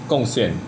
贡献